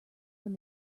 when